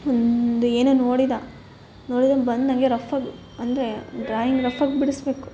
ಒಂದು ಏನೋ ನೋಡಿದ ನೋಡಿದನ್ನು ಬಂದು ಹಂಗೆ ರಫ್ ಆಗಿ ಅಂದರೆ ಡ್ರಾಯಿಂಗ್ ರಫ್ ಆಗಿ ಬಿಡಿಸ್ಬೇಕು